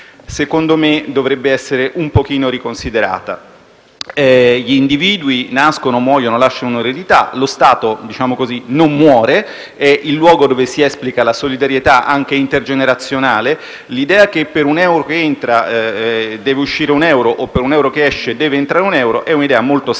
secondo me, dovrebbe essere un pochino riconsiderata. Gli individui nascono, muoiono e lasciano un'eredità. Lo Stato - diciamo così - non muore ed è il luogo dove si esplica la solidarietà anche intergenerazionale: l'idea che per un euro che entra debba uscire un euro o che per un euro che esce debba entrare un euro è molto statica,